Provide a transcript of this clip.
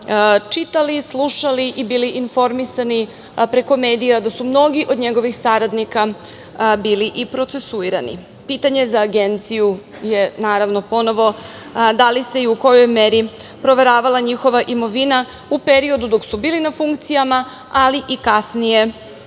čitali, slušali i bili informisani preko medija da su mnogi od njegovih saradnika bili procesuirani. Pitanje za Agenciju je naravno ponovo - da li se i u kojoj meri proveravalo njihova imovina u periodu dok su bili na funkcijama, ali i kasnije.